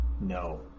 no